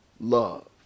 love